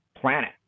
planet